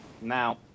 Now